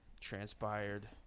Transpired